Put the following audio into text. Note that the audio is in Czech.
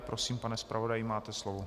Prosím, pane zpravodaji, máte slovo.